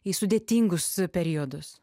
į sudėtingus periodus